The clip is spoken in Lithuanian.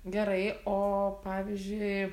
gerai o pavyzdžiui